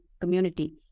community